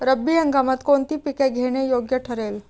रब्बी हंगामात कोणती पिके घेणे योग्य ठरेल?